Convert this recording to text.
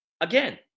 again